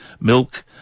milk